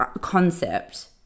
concept